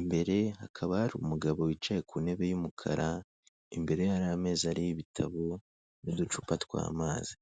imbere hakaba hari umugabo wicaye ku ntebe y'umukara, imbere hari ameza ariho ibitabo n'uducupa tw'amazi.